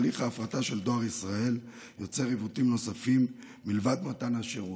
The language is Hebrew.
הליך ההפרטה של דואר ישראל יוצר עיוותים נוספים מלבד מתן השירות,